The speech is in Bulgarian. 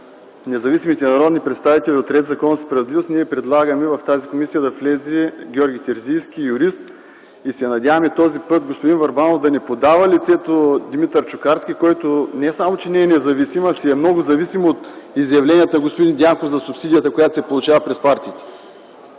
независимите народни представители от „Ред, законност и справедливост” предлагаме в тази комисия да влезе Георги Терзийски – юрист. Надяваме се този път господин Върбанов да не предлага лицето Димитър Чукарски, който не само че не е независим, а си е много зависим от изявленията на господин Дянков за субсидията, която се получава през партията.